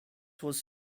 was